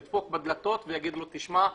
לדפוק בדלתות ולהגיד לו: תשמע,